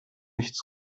nichts